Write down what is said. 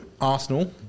Arsenal